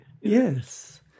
yes